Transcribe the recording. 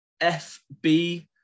FB